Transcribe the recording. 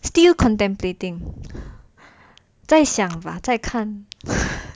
still contemplating 再想吧再看